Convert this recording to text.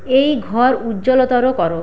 এই ঘর উজ্জ্বলতর করো